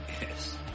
Yes